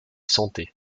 santé